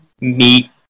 meat